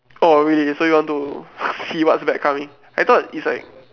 orh really so you want to see what's bad coming I thought is like